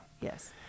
Yes